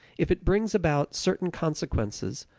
if it brings about certain consequences,